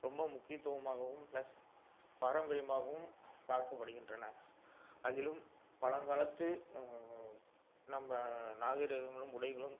ரொம்ப முக்கியத்துவமாகவும் ப்ளஸ் பாரம்பரியமாகவும் பார்க்கப்படுகின்றன அதிலும் பழங்காலத்து நம்ம நாகரீகங்களும் உடைகளும்